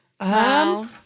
Wow